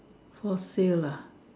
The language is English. for sale lah